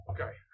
Okay